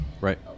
Right